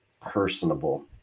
personable